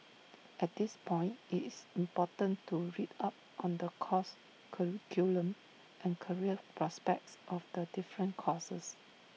at this point IT is important to read up on the course curriculum and career prospects of the different courses